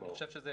אני חושב שזה